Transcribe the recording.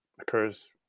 occurs